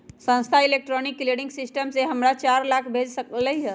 संध्या electronic clearing system से हमरा चार लाख भेज लकई ह